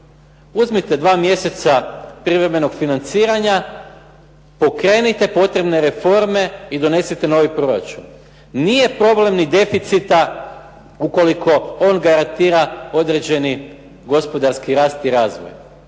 Uzmite 2 mjeseca privremenog financiranja, pokrenite potrebne reforme, i donesite novi proračun. Nije problem ni deficita ukoliko on garantira određeni gospodarski rast i razvoj.